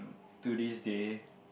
to this day